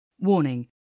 Warning